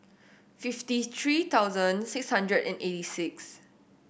fifty three thousand six hundred and eighty six